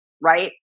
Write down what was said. Right